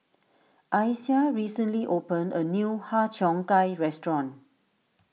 Isiah recently opened a new Har Cheong Gai restaurant